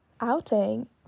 outing